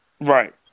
Right